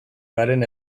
garen